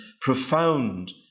profound